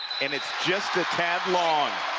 and it's just a tad long.